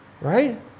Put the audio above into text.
Right